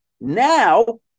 Now